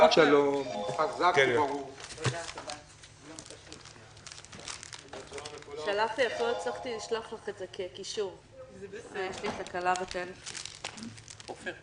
הישיבה ננעלה בשעה 11:00.